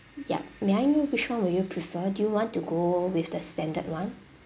ya may I know which one will you prefer do you want to go with the standard [one]